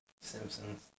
Simpsons